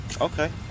Okay